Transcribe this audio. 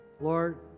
Lord